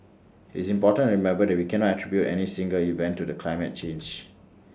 IT is important to remember that we cannot attribute any single event to the climate change